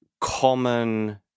common